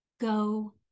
go